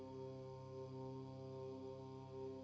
so